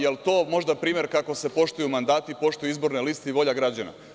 Da li je to možda primer kako se poštuju mandati, poštuje izborna lista i volja građana.